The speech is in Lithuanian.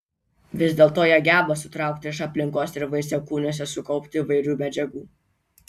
vis dėlto jie geba sutraukti iš aplinkos ir vaisiakūniuose sukaupti įvairių medžiagų